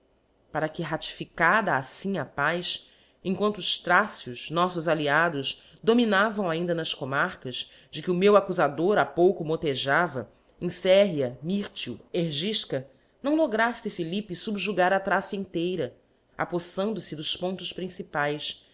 para ue ratificada aflim a paz em quanto os traços nossos aliados dominavam ainda nas comarcas de que o tieu accufador ha pouco motejava em serria myrtio gilca não lografle philippe fubjugar a thracia inteira poflando fe dos pontos principaes